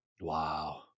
Wow